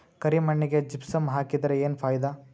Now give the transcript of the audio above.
ಕರಿ ಮಣ್ಣಿಗೆ ಜಿಪ್ಸಮ್ ಹಾಕಿದರೆ ಏನ್ ಫಾಯಿದಾ?